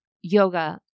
yoga